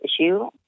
issue